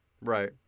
Right